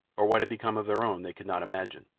or what had become of their own, they could not imagine,